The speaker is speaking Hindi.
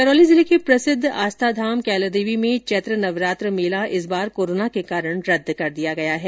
करौली जिले के प्रसिद्ध आस्था धाम कैलादेवी में चैत्र नवरात्र मेला इस बार कोरोना के कारण रद्द कर दिया गया है